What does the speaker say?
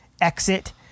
exit